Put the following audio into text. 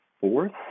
fourth